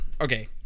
okay